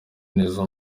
neza